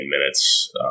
minutes